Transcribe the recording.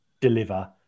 deliver